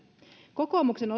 kokoomuksen